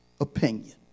opinion